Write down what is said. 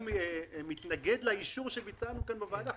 ארז עדיין מתנגד לאישור שביצענו כאן בוועדה.